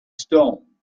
stone